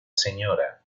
sra